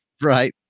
Right